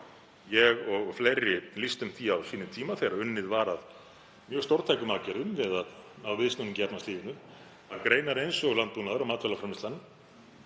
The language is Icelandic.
Ég og fleiri lýstum því á sínum tíma, þegar unnið var að mjög stórtækum aðgerðum við að ná viðsnúningi í efnahagslífinu, að greinar eins og landbúnaður og matvælaframleiðslan